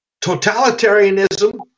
totalitarianism